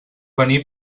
venir